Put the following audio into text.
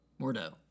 Mordo